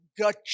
gut